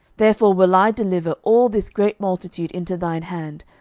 therefore will i deliver all this great multitude into thine hand,